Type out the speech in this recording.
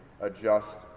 adjust